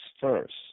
first